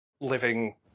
living